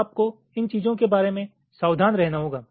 तो आपको इन चीजों के बारे में सावधान रहना होगा